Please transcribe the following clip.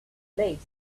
least